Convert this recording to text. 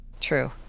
True